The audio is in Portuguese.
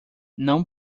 não